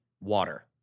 water